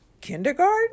kindergarten